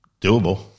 doable